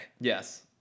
Yes